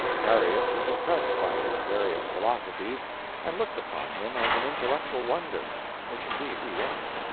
harriet was impressed by his various philosophies and looked upon him as an intellectual wonder which indeed he was.